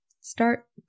Start